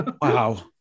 Wow